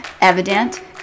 evident